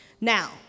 Now